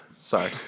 Sorry